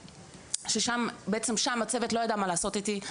שם בעצם הצוות לא ידע מה לעשות איתי.